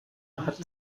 hat